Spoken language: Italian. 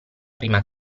prima